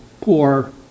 poor